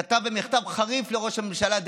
כתב במכתב חריף לראש הממשלה דאז: